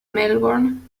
melbourne